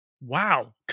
Wow